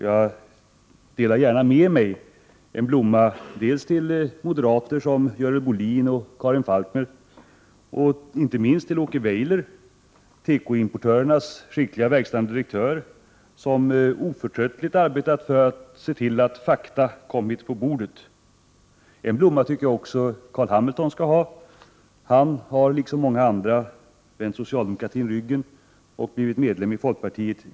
Jag delar gärna med mig en blomma till moderater som Görel Bohlin och Karin Falkmer och inte minst till Åke Weyler, tekoimportörernas skicklige verkställande direktör som oförtröttligt arbetat för att fakta skulle komma på bordet. En blomma tycker jag också att Carl Hamilton skall ha. Han har liksom många andra vänt socialdemokratin ryggen och blivit medlem i folkpartiet.